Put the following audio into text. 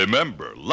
Remember